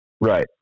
Right